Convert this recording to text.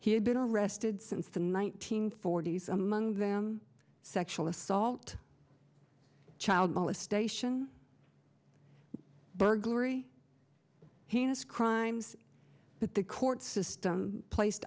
had been arrested since the nineteenth forty's among them sexual assault child molestation burglary heinous crimes but the court system placed